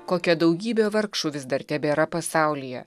kokia daugybė vargšų vis dar tebėra pasaulyje